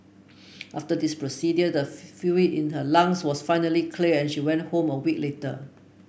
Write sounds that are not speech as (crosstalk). after this procedure the (unintelligible) fluid in her lungs was finally cleared and she went home a week later